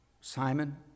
Simon